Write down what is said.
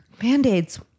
Band-Aids